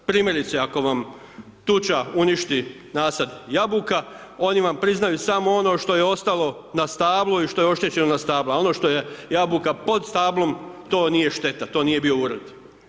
Primjerice, ako vam tuča uništi nasad jabuka, oni vam priznaju samo ono što je ostalo na stablu i što je oštećeno na stablu, a ono što je jabuka pod stablom, to nije šteta, to nije bio urod.